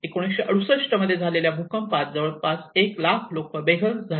1968 मध्ये झालेल्या भूकंपात येथे जवळपास १ लाख लोक बेघर झाले